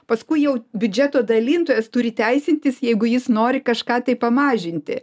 paskui jau biudžeto dalintojas turi teisintis jeigu jis nori kažką tai pamažinti